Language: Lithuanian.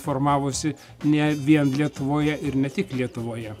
formavosi ne vien lietuvoje ir ne tik lietuvoje